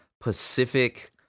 Pacific